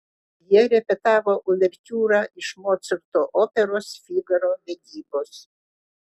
jie repetavo uvertiūrą iš mocarto operos figaro vedybos